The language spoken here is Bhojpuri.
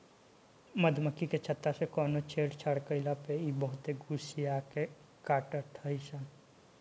मधुमक्खी के छत्ता से कवनो छेड़छाड़ कईला पे इ बहुते गुस्सिया के काटत हई सन